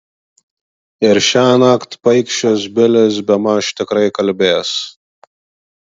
ir šiąnakt paikšis bilis bemaž tikrai kalbės